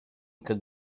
could